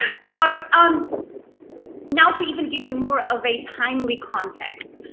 but so um now to even give you more of a timely context,